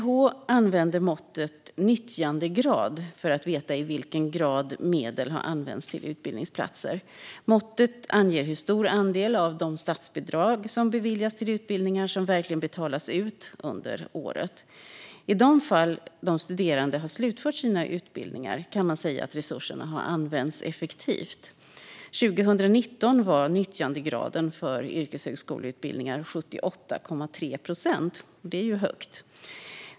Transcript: MYH använder måttet nyttjandegrad för att veta i vilken grad medel har använts till utbildningsplatser. Måttet anger hur stor andel av de statsbidrag som beviljats till utbildningar som verkligen betalas ut under året. I de fall de studerande har slutfört sina utbildningar kan man säga att resurserna har använts effektivt. År 2019 var nyttjandegraden för yrkeshögskoleutbildningar 78,3 procent - det är ju högt.